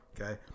Okay